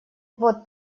вот